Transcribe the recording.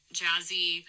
jazzy